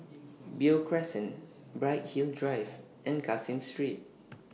Beo Crescent Bright Hill Drive and Caseen Street